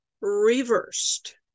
Reversed